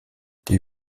die